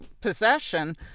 possession